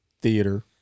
theater